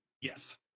yes